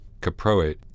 caproate